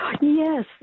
Yes